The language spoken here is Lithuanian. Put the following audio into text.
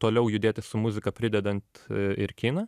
toliau judėti su muzika pridedant ir kiną